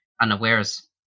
unawares